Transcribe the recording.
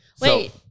Wait